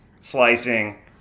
slicing